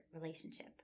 relationship